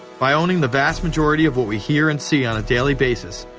by owning the vast majority of what we hear and see on a daily basis,